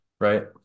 Right